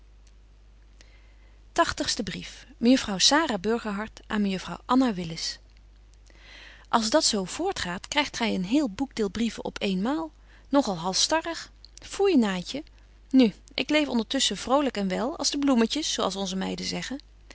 tagtigste brief mejuffrouw sara burgerhart aan mejuffrouw anna willis als dat zo voortgaat krygt gy een heel boekdeel brieven op eenmaal nog al halstarrig foei naatje nu ik leef ondertusschen vrolyk en wel als de bloemetjes zo als onze meiden zeggen